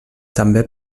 també